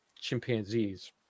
chimpanzees